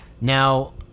now